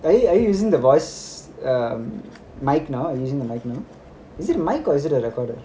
are you are you using the voice um mic now are you using the mic now is it a mic or is it a recorder